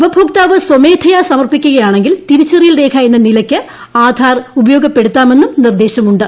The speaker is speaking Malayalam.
ഉപഭോക്താവ് സ്വമേധയാ സമർപ്പിക്കുകയാണെങ്കിൽ തിരിച്ചറിയൽ ് രേഖ എന്ന നിലയ്ക്ക് ആധാർ ഉപയോഗപ്പെടുത്താമെന്നും നിർദ്ദേശ്ശിമുണ്ട്